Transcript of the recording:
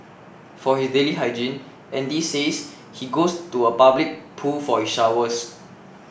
for his daily hygiene Andy says he goes to a public pool for his showers